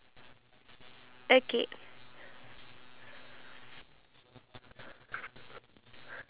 the fact that I don't know the outcome of it then I will find it oh it's too risky for me so I'm not gonna go for it